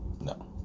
No